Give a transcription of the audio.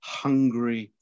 hungry